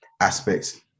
aspects